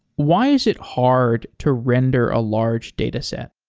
why is it hard to render a large data set?